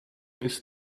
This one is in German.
ist